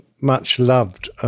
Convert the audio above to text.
much-loved